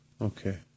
Okay